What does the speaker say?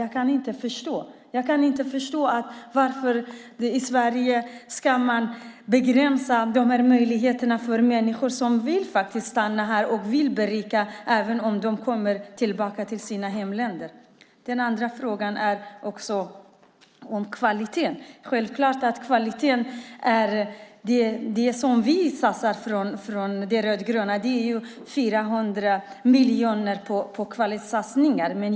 Jag förstår inte varför Sverige ska begränsa dessa möjligheter för människor som vill stanna här eller åka tillbaka till sina hemländer och berika dem. Jag har också en fråga om kvalitet. Vi från de rödgröna satsar 400 miljoner på kvalitet.